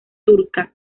turca